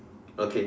okay